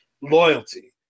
loyalty